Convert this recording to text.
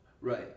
Right